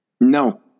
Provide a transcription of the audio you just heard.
no